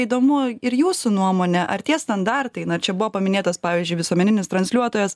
įdomu ir jūsų nuomonė ar tie standartai na čia buvo paminėtas pavyzdžiui visuomeninis transliuotojas